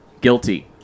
guilty